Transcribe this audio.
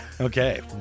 Okay